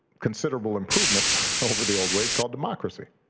considerable improvement over the old ways called democracy,